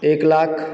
एक लाख